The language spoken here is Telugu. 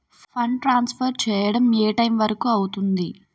ఫండ్ ట్రాన్సఫర్ చేయడం ఏ టైం వరుకు అవుతుంది?